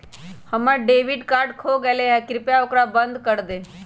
हम्मर debit card खो गयले है, कृपया ओकरा बंद कर दे